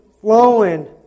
flowing